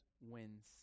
wins